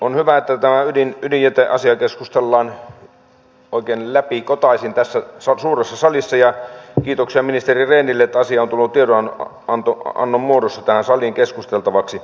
on hyvä että tämä ydinjäteasia keskustellaan oikein läpikotaisin tässä suuressa salissa ja kiitoksia ministeri rehnille että asia on tullut tiedonannon muodossa tähän saliin keskusteltavaksi